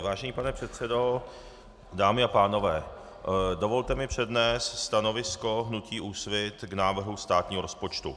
Vážený pane předsedo, dámy a pánové, dovolte mi přednést stanovisko hnutí Úsvit k návrhu státního rozpočtu.